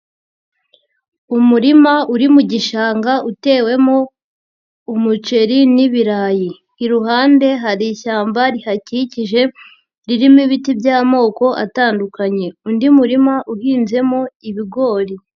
Umurima uri mu gishanga utewemo umuceri n'ibirayi, iruhande hari ishyamba rihakikije ririmo ibiti by'amoko atandukanye, undi murima uhinzemo ibigori.